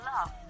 love